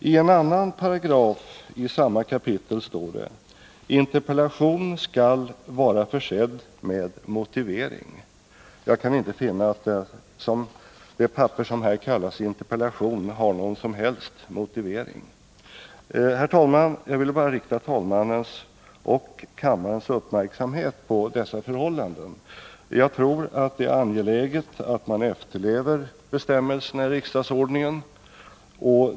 I en annan paragraf i samma kapitel står: ”Interpellation skall ——— vara försedd med motivering.” Jag kan inte finna att det papper som här kallas interpellation har någon som helst motivering. Herr talman! Jag ville bara rikta talmannens och kammarens uppmärksamhet på dessa förhållanden. Jag tror att det är angeläget att man efterlever bestämmelserna i riksdagsordningen.